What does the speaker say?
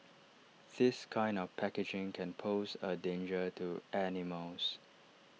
this kind of packaging can pose A danger to animals